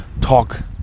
talk